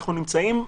אנחנו נמצאים,